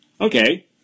Okay